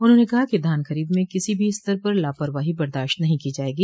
उन्होंने कहा कि धान खरीद में किसी भी स्तर पर लापरवाही बर्दाश्त नहीं की जायेगी